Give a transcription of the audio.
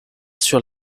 sur